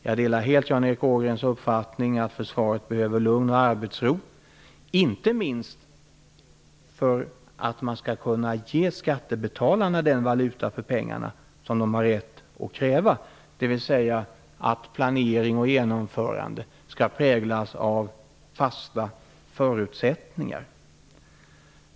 Jag delar helt Jan Erik Ågrens uppfattning att försvaret behöver lugn och arbetsro, inte minst för att man skall kunna ge skattebetalarna den valuta för pengarna som de har rätt att kräva, dvs att planering och genomförande skall präglas av fasta förutsättningar.